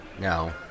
No